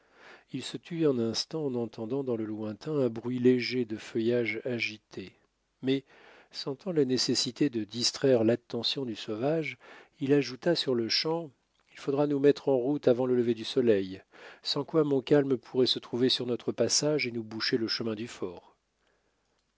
il se tut un instant en entendant dans le lointain un bruit léger de feuillage agité mais sentant la nécessité de distraire l'attention du sauvage il ajouta sur-le-champ il faudra nous mettre en route avant le lever du soleil sans quoi montcalm pourrait se trouver sur notre passage et nous boucher le chemin du fort